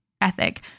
ethic